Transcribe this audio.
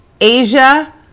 Asia